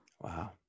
Wow